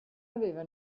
aveva